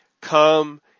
come